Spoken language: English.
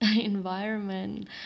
environment